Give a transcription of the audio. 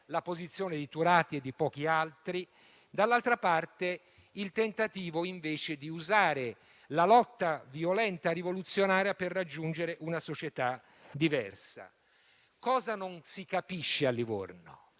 (la posizione di Turati e di pochi altri), dall'altra parte invece il tentativo di usare la lotta violenta e rivoluzionaria per raggiungere una società diversa. Cosa non si capisce a Livorno?